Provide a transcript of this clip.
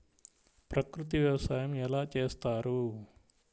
ప్రకృతి వ్యవసాయం ఎలా చేస్తారు?